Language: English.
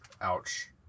Ouch